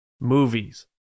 movies